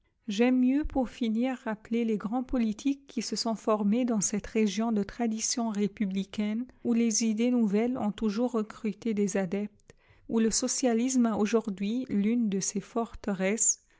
j'aime mieux pour finir rappeler les grands politiques qui se sont formés dans cette région de tradition républicaine où les idées nouvelles ont toujours recruté des adeptes où le socialisme a aujourd'hui l'une de ses forteresses